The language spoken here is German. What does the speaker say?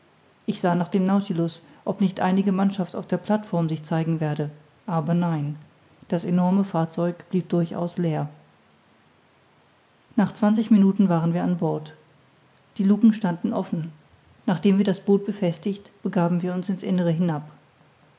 ich sah nach dem nautilus ob nicht einige mannschaft auf der plateform sich zeigen werde aber nein das enorme fahrzeug blieb durchaus leer nach zwanzig minuten waren wir an bord die lucken standen offen nachdem wir das boot befestigt begaben wir uns in's innere hinab